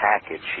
package